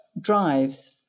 drives